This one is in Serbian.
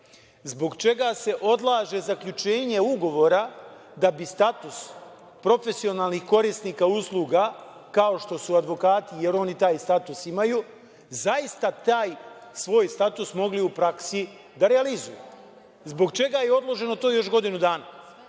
Zbog čega se odlaže zaključenje ugovora da bi status profesionalnih korisnika usluga, kao što su advokati, jer oni taj status imaju, zaista taj svoj status mogli u praksi da realizuju? Zbog čega je odloženo to još godinu dana?